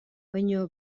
baina